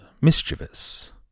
mischievous